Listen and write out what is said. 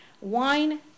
Wine